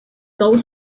gold